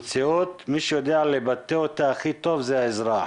המציאות, מי שיודע לבטא אותה הכי טוב זה האזרח,